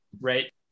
right